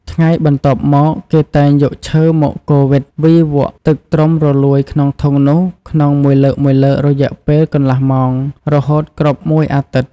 ថ្ងៃបន្តបន្ទាប់មក គេតែងយកឈើមកកូរវិត វីវក់ទឹកត្រុំរលួយក្នុងធុងនោះក្នុងមួយលើកៗ រយៈពេលកន្លះម៉ោង រហូតគ្រប់មួយអាទិត្យ។